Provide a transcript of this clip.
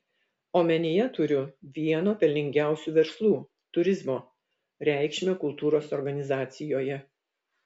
omenyje turiu vieno pelningiausių verslų turizmo reikšmę kultūros organizacijoje